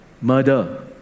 Murder